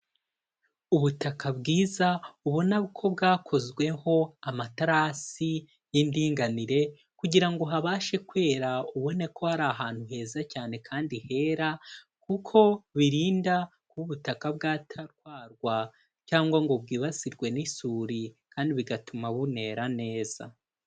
Ubutaka bwiza ubona ko bwakozweho amaterasi y'indinganire, kugira ngo habashe kwera ubone ko hari ahantu heza cyane kandi hera, kuko birinda kuba ubutaka bwatarwarwa cyangwa ngo bwibasirwe n'isuri kandi bigatuma bunera neza.